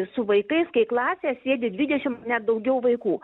su vaikais kai klasėje sėdi dvidešimt net daugiau vaikų